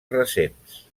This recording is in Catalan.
recents